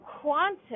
quantum